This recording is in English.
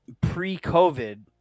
pre-COVID